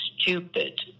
Stupid